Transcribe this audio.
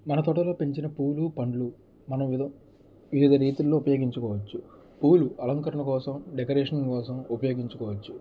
మన తోటలో పెంచిన పువ్వులు పండ్లు మన విద వివిధ రీతుల్లో ఉపయోగించుకోవచ్చు పూలు అలంకరణ కోసం డెకరేషన్ కోసం ఉపయోగించుకోవచ్చు